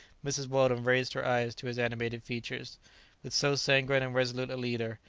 mrs. weldon raised her eyes to his animated features. with so sanguine and resolute a leader,